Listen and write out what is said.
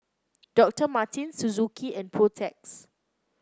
Doctor Martens Suzuki and Protex